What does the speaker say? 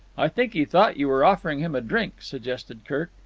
i think he thought you were offering him a drink, suggested kirk.